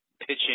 pitching